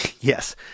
yes